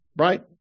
right